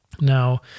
Now